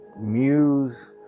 Muse